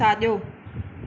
साजो॒